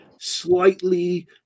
slightly